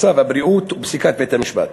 מצב הבריאות ופסיקת בית-המשפט.